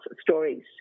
stories